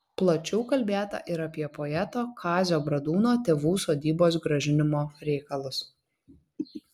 plačiau kalbėta ir apie poeto kazio bradūno tėvų sodybos grąžinimo reikalus